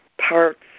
parts